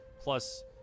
plus